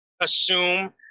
assume